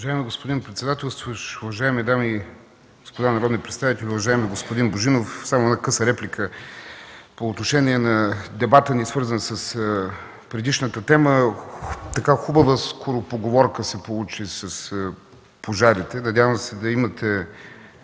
Уважаеми господин председател, уважаеми дами и господа народни представители! Уважаеми господин Божинов, само една къса реплика по отношение на дебата ни, свързан с предишната тема. Хубава скоропоговорка се получи с пожарите. Надявам се да имате